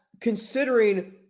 considering